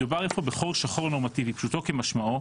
מדובר איפוא בחור שחור נורמטיבי, פשוטו כמשמעו,